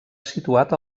situat